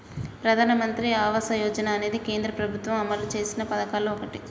ప్రధానమంత్రి ఆవాస యోజన అనేది కేంద్ర ప్రభుత్వం అమలు చేసిన పదకాల్లో ఓటి